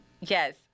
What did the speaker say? Yes